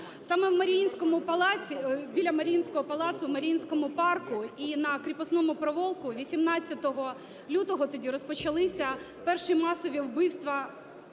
Саме в Маріїнському палаці… біля Маріїнського палацу у Маріїнському парку і на Кріпосному провулку 18 лютого тоді розпочалися перші масові вбивства